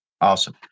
Awesome